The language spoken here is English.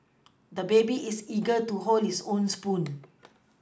the baby is eager to hold his own spoon